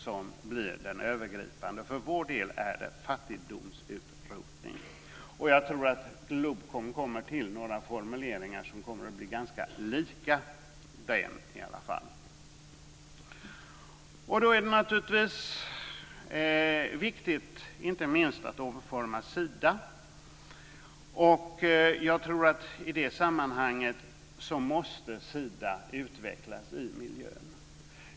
För vår del är det fattigdomsutrotning som är det övergripande. Jag tror att GLOBKOM kommer fram till några formuleringar som blir i alla fall ganska lika denna målsättning. Det är naturligtvis viktigt att omforma Sida. I det sammanhanget måste Sida utvecklas i miljön.